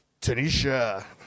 Tanisha